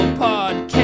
podcast